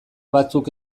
batzuk